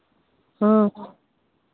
हाँ